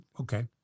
Okay